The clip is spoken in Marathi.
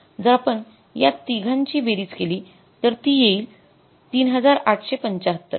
जर आपण या तिघांची बेरीज केली तर ती येईल ३८७५